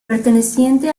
perteneciente